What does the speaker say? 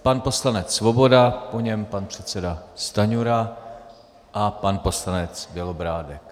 Pan poslanec Svoboda, po něm pan předseda Stanjura a pan poslanec Bělobrádek.